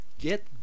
Get